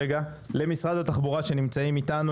ולעבור למשרד התחבורה שנמצאים אתנו.